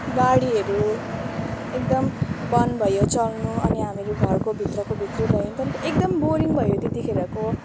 गाडीहरू एकदम बन्द भयो चल्नु अनि हामीहरू घरको भित्रको भित्रै भयौँ त्यहाँदेखि एकदम बोरिङ भयो त्यतिखेरको